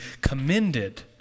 commended